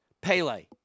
Pele